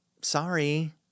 Sorry